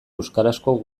euskarazko